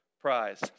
prize